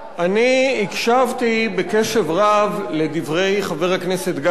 אני הקשבתי בקשב רב לדברי חבר הכנסת גפני,